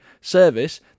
service